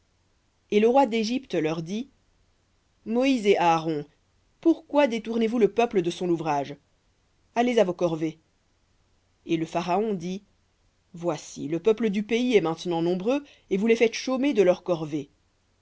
et le roi d'égypte leur dit moïse et aaron pourquoi détournez vous le peuple de son ouvrage allez à vos corvées et le pharaon dit voici le peuple du pays est maintenant nombreux et vous les faites chômer de leurs corvées